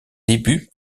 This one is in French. débuts